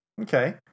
Okay